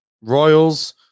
Royals